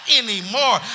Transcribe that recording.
anymore